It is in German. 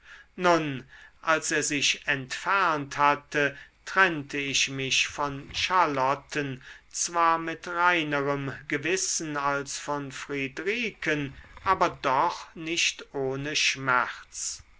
nun als er sich entfernt hatte trennte ich mich von charlotten zwar mit reinerem gewissen als von friedriken aber doch nicht ohne schmerz